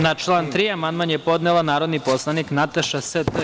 Na član 3. amandman je podnela narodni poslanik Nataša St.